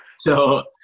so,